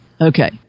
Okay